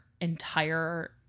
entire